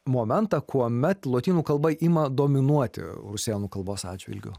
momentą kuomet lotynų kalba ima dominuoti rusėnų kalbos atžvilgiu